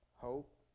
hope